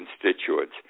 constituents